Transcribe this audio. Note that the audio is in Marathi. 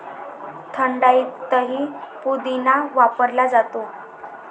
थंडाईतही पुदिना वापरला जातो